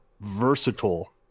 versatile